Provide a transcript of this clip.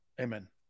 Amen